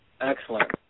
Excellent